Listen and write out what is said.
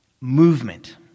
movement